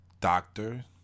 doctor